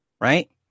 Right